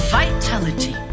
vitality